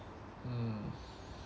mm